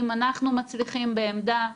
אם אנחנו מצליחים בעמד"א,